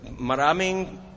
maraming